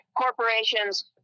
corporations